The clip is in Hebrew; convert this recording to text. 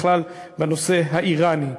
בכלל בנושא האיראני.